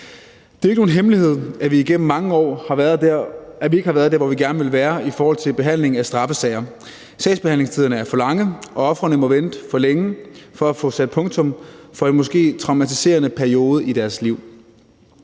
Det er ikke nogen hemmelighed, at vi igennem mange år ikke har været der, hvor vi gerne ville være i forhold til behandlingen af straffesager. Sagsbehandlingstiderne er for lange, og ofrene må vente for længe på at få sat punktum for en måske traumatiserende periode i deres liv.